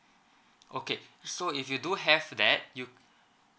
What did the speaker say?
okay so if you do have that you